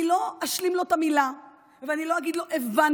אני לא אשלים לו את המילה ואני לא אגיד לו שהבנתי.